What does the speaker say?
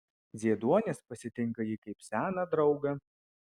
zieduonis pasitinka jį kaip seną draugą